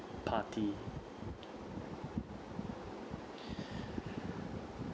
party